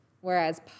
whereas